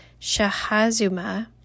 Shahazuma